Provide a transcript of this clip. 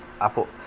Apple